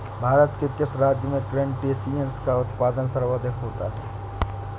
भारत के किस राज्य में क्रस्टेशियंस का उत्पादन सर्वाधिक होता है?